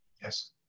Yes